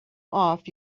off